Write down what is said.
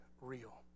real